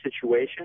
situation